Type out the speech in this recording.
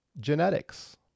genetics